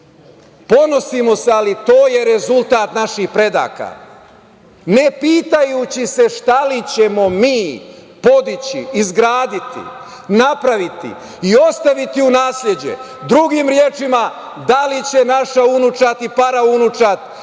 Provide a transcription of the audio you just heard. Ponosimo se, ali to je rezultat naših predaka, ne pitajući se šta li ćemo mi podići, izgraditi, napraviti i ostaviti u nasleđe? Drugim rečima, da li će naša unučad i paraunučad